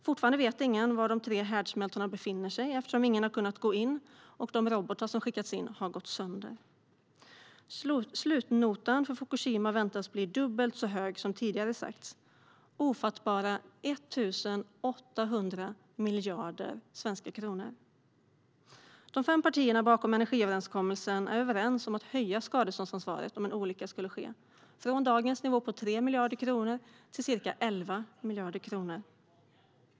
Fortfarande vet ingen var de tre härdsmältorna befinner sig, eftersom ingen har kunnat gå in. De robotar som har skickats in har gått sönder. Slutnotan för Fukushima väntas bli dubbelt så hög som tidigare sagts - motsvarande ofattbara 1 800 miljarder svenska kronor. De fem partierna bakom energiöverenskommelsen är överens om att höja skadeståndsansvaret om en olycka skulle ske, från dagens nivå på 3 miljarder kronor till ca 11 miljarder kronor.